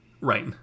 Right